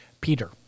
Peter